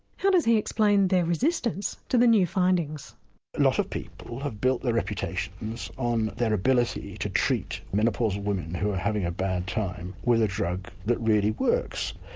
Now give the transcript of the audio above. how does he explain their resistance to the new findings? a lot of people have built their reputations on their ability to treat menopausal women who are having a bad time with a drug that really works.